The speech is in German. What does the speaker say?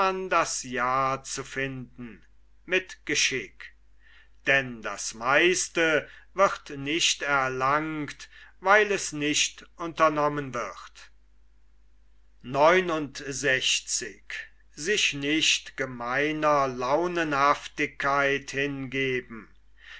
das ja zu finden mit geschick denn das meiste wird nicht erlangt weil es nicht unternommen wird